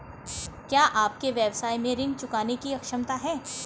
क्या आपके व्यवसाय में ऋण चुकाने की क्षमता है?